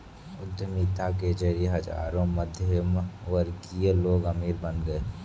उद्यमिता के जरिए हजारों मध्यमवर्गीय लोग अमीर बन गए